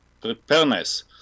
preparedness